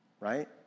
right